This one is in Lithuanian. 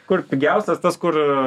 kur pigiausias tas kur